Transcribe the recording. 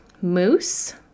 mousse